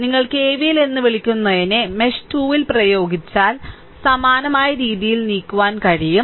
നിങ്ങൾ KVL എന്ന് വിളിക്കുന്നതിനെ മെഷ് 2 ൽ പ്രയോഗിച്ചാൽ സമാനമായ രീതിയിൽ നീക്കുവാൻ കഴിയും